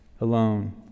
alone